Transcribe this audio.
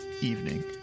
evening